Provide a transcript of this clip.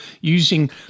using